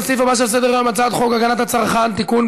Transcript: לסעיף הבא שעל סדר-היום: הצעת חוק הגנת הצרכן (תיקון,